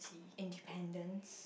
independence